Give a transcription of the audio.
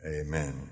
amen